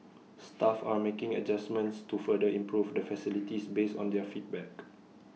staff are making adjustments to further improve the facilities based on their feedback